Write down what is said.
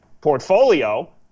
portfolio